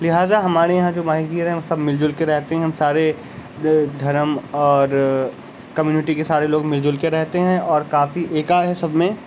لہٰذا ہمارے یہاں جو ماہی گیر ہیں سب مل جل کے رہتے ہیں سارے دھرم اور کمیونٹی کے سارے لوگ مل جل کے رہتے ہیں اور کافی ایکا ہے سب میں